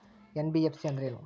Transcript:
NBFC ಅಂದ್ರೇನು?